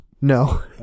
No